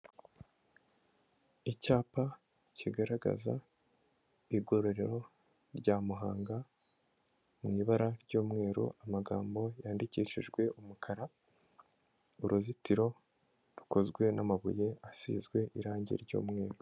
Icyapa kigaragaza igororero rya Muhanga mu ibara ry'umweru amagambo yandikishijwe umukara, uruzitiro rukozwe n'amabuye asizwe irangi ry'umweru.